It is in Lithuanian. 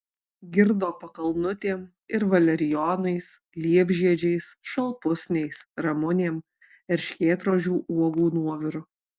girdo pakalnutėm ir valerijonais liepžiedžiais šalpusniais ramunėm erškėtrožių uogų nuoviru